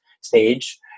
stage